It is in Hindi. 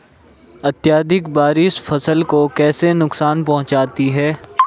अत्यधिक बारिश फसल को कैसे नुकसान पहुंचाती है?